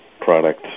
product